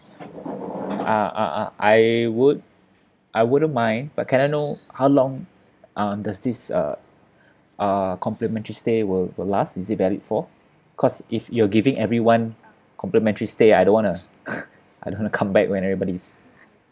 uh uh uh I would I wouldn't mind but can I know how long uh does this uh uh complimentary stay will will last is it valid for because if you're giving everyone complimentary stay I don't wanna I don't wanna come back when everybody is